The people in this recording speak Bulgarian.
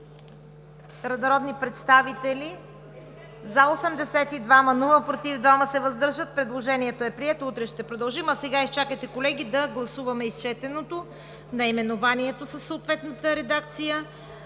народни представители: за 82, против няма, въздържали се 2. Предложението е прието. Утре ще продължим. А сега изчакайте, колеги, да гласуваме изчетеното – наименованието със съответната редакция;